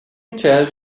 tell